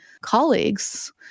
colleagues